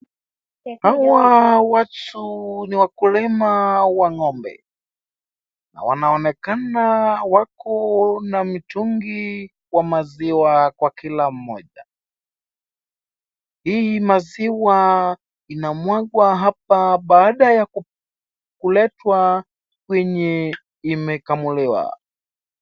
Hawa watu ni wakulima wa ng'ombe na wanaonekana wako na mitungi wa maziwa kwa kila mmoja. Hii maziwa inamwagwa hapa baada ya kuletwa kwenye imekamuliwa.